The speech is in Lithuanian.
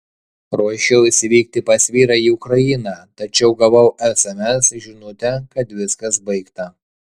ruošiausi vykti pas vyrą į ukrainą tačiau gavau sms žinutę kad viskas baigta